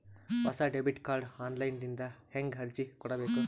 ಹೊಸ debit card online ದಿಂದ ಹೇಂಗ ಅರ್ಜಿ ಕೊಡಬೇಕು?